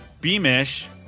Beamish